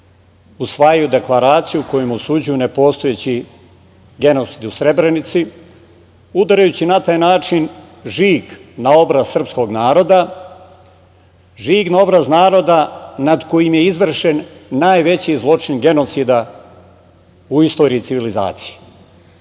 usvajaju deklaraciju kojom osuđuju nepostojeći genocid u Srebrenici, udarajući na taj način žig na obraz srpskog naroda, žig na obraz naroda nad kojim je izvršen najveći zločin genocida u istoriji civilizacije.